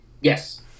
yes